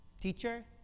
teacher